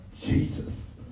Jesus